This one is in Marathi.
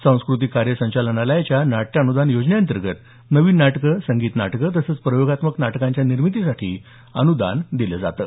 सांस्कृतिक कार्य संचालनालयाच्या नाट्य अनुदान योजनेअंतर्गत नवीन नाटकं संगीत नाटकं तसंच प्रयोगात्मक नाटकांच्या निर्मितीसाठी अनुदान दिलं जातं